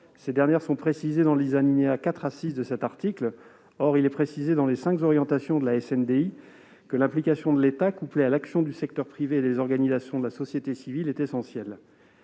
Ces dernières sont précisées dans les alinéas 4 à 6 de cet article. Or il est mentionné dans les cinq orientations de la SNDI que l'implication de l'État, couplée à l'action du secteur privé et des organisations de la société civile, est essentielle.